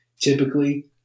typically